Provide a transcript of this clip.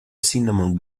cinnamon